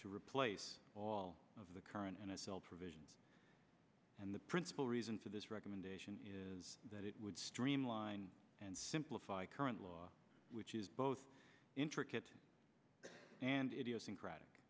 to replace all of the current in a cell provision and the principal reason for this recommendation is that it would streamline and simplify current law which is both intricate and idiosyncratic